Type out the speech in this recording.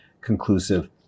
conclusive